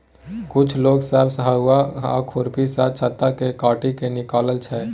कुछ लोग सब हसुआ आ खुरपी सँ छत्ता केँ काटि केँ निकालै छै